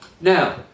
Now